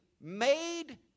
made